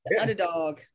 Underdog